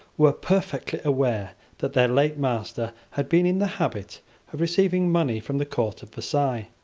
were perfectly aware that their late master had been in the habit of receiving money from the court of versailles.